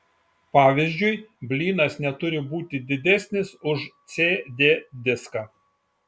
pavyzdžiui blynas neturi būti didesnis už cd diską